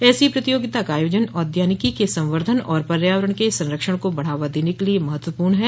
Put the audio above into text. ऐसी प्रतियोगिता का आयोजन औद्यानिकी के संवर्धन और पर्यावरण के संरक्षण को बढ़ावा देने के लिए महत्वपूर्ण है